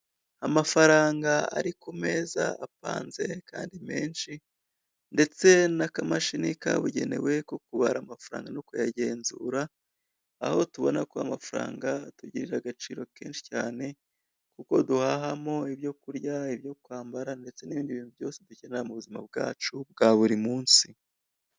Amafaranga ari ku meza apanze kandi menshi, ndetse n'akamashini kabugenewe ko kubara amafaranga no kuyagenzura aho tubona ko amafaranga atugirira agaciro kenshi cyane, kuko duhahamo ibyokurya ibyo kwambara ndetse n'ibindi bintu byose dukenera mu buzima bwacu bwa buri munsi.